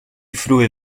frue